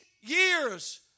years